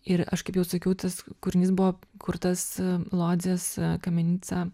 ir aš kaip jau sakiau tas kūrinys buvo kurtas lodzės kaminica